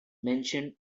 mentioned